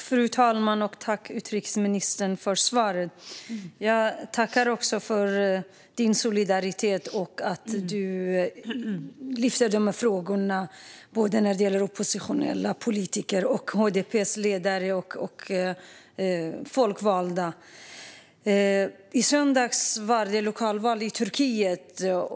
Fru talman! Tack, utrikesministern, för svaret! Jag vill också tacka för din solidaritet och för att du lyfter upp de här frågorna när det gäller såväl oppositionella politiker som HDP:s ledare och folkvalda. I söndags var det lokalval i Turkiet.